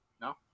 No